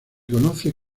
conoce